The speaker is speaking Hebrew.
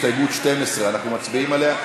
הסתייגות 12. אנחנו מצביעים עליה?